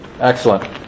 Excellent